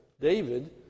David